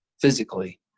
physically